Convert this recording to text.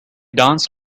danced